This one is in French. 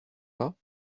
pas